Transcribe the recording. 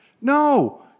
No